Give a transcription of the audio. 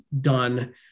done